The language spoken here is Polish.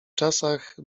czasach